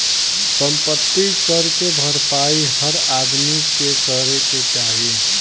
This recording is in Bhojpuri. सम्पति कर के भरपाई हर आदमी के करे क चाही